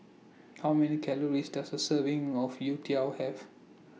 How Many Calories Does A Serving of Youtiao Have